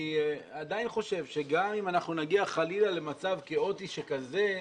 אני עדיין חושב שגם אם אנחנו נגיע חלילה למצב כאוטי שכזה,